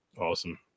Awesome